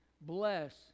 Bless